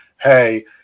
hey